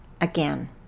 again